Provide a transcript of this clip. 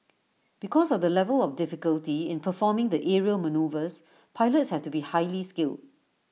because of the level of difficulty in performing the aerial manoeuvres pilots have to be highly skilled